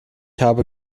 habe